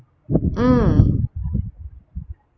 mm